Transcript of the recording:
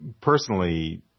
personally